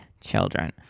children